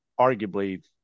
arguably